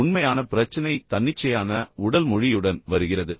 உண்மையான பிரச்சனை தன்னிச்சையான உடல் மொழியுடன் வருகிறது